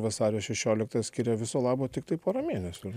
vasario šešioliktąją skiria viso labo tiktai pora mėnesių